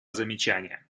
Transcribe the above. замечания